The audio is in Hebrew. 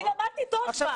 אני למדתי תושב"ע.